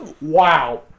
Wow